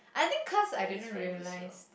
uh that's very visceral